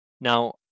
Now